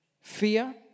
fear